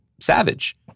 savage